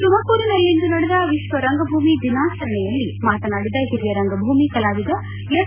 ತುಮಕೂರಿನಲ್ಲಿಂದು ನಡೆದ ವಿಶ್ವ ರಂಗಭೂಮಿ ದಿನಾಚರಣೆಯಲ್ಲಿ ಮಾತನಾಡಿದ ಹಿರಿಯ ರಂಗಭೂಮಿ ಕಲಾವಿದ ಎಸ್